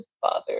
father